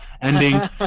ending